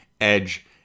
Edge